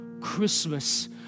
christmas